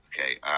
Okay